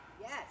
Yes